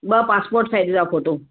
ॿ passport size जा photo